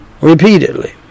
repeatedly